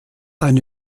eine